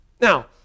Now